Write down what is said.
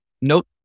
nope